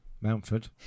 Mountford